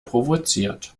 provoziert